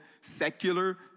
secular